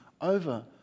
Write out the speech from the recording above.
over